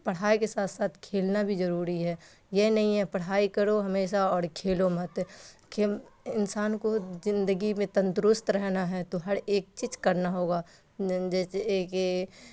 پڑھائی کے ساتھ ساتھ کھیلنا بھی ضروری ہے یہ نہیں ہے پڑھائی کرو ہمیشہ اور کھیلوں مت انسان کو زندگی میں تندرست رہنا ہے تو ہر ایک چیز کرنا ہوگا جیسے کہ